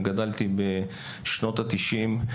גדלתי בשנות ה-90.